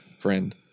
friend